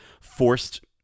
forced